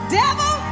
devil